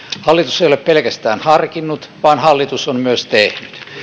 hallitus ei ole pelkästään harkinnut vaan hallitus on myös tehnyt